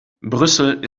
brüssel